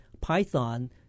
Python